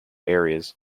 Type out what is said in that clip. areas